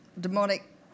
demonic